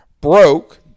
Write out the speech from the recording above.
broke